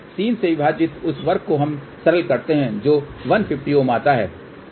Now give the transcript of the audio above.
तो 1003 से विभाजित उस वर्ग को हम सरल करते हैं जो 150 Ω आता है